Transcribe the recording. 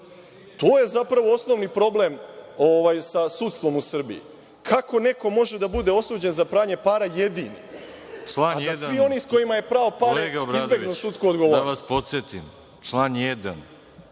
To je, zapravo, osnovni problem sa sudstvom u Srbiji. Kako neko može da bude osuđen za pranje para jedini, a da svi oni sa kojima je prao pare izbegnu sudsku odgovornost.